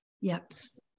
Yes